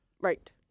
right